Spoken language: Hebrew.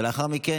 ולאחר מכן,